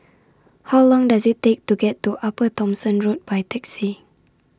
How Long Does IT Take to get to Upper Thomson Road By Taxi